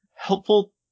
helpful